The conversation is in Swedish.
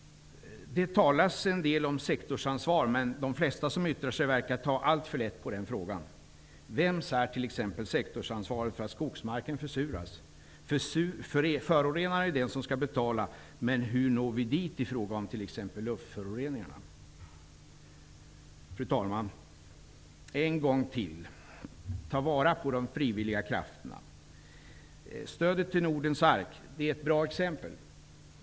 Det talas en del om sektorsansvar, men de flesta som yttrar sig verkar ta alltför lätt på den frågan. Vems är t.ex. sektorsansvaret för att skogsmarken försuras? Det är förorenaren som skall betala, men hur når vi dit i fråga om t.ex. luftföroreningarna? Fru talman! Jag vill upprepa: Ta vara på de frivilliga krafterna. Stödet till Nordens ark är ett bra exempel.